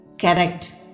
Correct